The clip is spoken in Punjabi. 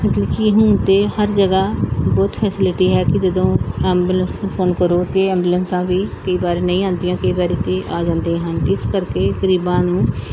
ਮਤਲਬ ਕਿ ਹੁਣ ਤਾਂ ਹਰ ਜਗ੍ਹਾ ਬਹੁਤ ਫੈਸਿਲਿਟੀ ਹੈ ਕਿ ਜਦੋਂ ਐਬੂਲੈਂਸ ਨੂੰ ਫੋਨ ਕਰੋ ਅਤੇ ਐਬੂਲੈਂਸਾਂ ਵੀ ਕਈ ਵਾਰ ਨਹੀਂ ਆਉਂਦੀਆਂ ਕਈ ਵਾਰੀ ਤਾਂ ਆ ਜਾਂਦੀਆਂ ਹਨ ਇਸ ਕਰਕੇ ਗਰੀਬਾਂ ਨੂੰ